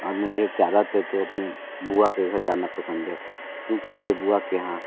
और मुझे ज़्यादातर तो अपने बुआ के घर जाना पसंद है क्योंकि मेरे बुआ के यहाँ